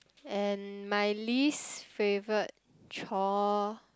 and my least favourite chore